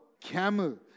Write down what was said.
camel